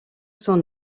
son